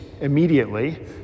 immediately